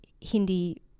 Hindi